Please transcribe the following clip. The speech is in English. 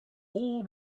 all